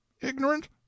ignorant